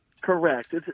Correct